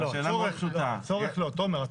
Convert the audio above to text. תומר,